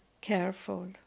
careful